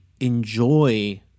enjoy